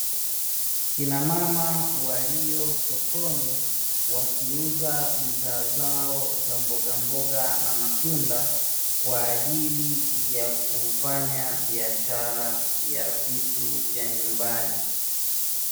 Kina mama walio sokoni wakiuza bidhaa zao za mboga mboga na matunda, kwa ajili ya kufanya biashara ya vitu vya nyumbani.